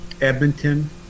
Edmonton